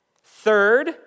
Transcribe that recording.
Third